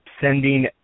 sending